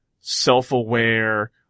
self-aware